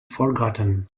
forgotten